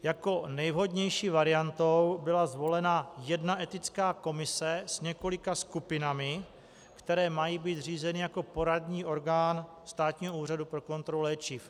Jako nejvhodnější varianta byla zvolena jedna etická komise s několika skupinami, které mají být zřízeny jako poradní orgán Státního úřadu pro kontrolu léčiv.